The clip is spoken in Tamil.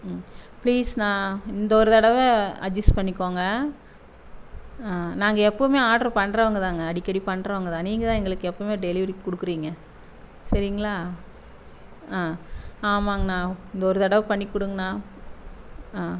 ம் ப்ளீஸ்ண்ணா இந்த ஒரு தடவை அட்ஜஸ் பண்ணிக்கோங்க நாங்கள் எப்பவுமே ஆர்டர் பண்ணுறவங்க தாங்க அடிக்கடி பண்ணுறவங்க தான் நீங்கள்தான் எங்களுக்கு எப்பவுமே டெலிவரி கொடுக்குறீங்க சரிங்களா ஆ ஆமாங்ண்ணா இந்த ஒரு தடவை பண்ணிக்கொடுங்ண்ணா ஆ